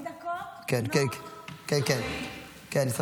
חשבתי על מה אני אדבר ב-40 הדקות שאני אמורה